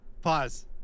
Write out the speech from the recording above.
pause